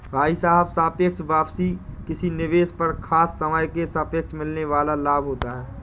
भाई साहब सापेक्ष वापसी किसी निवेश पर खास समय के सापेक्ष मिलने वाल लाभ होता है